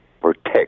protect